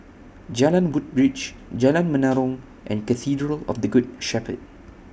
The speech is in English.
Jalan Woodbridge Jalan Menarong and Cathedral of The Good Shepherd